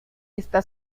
está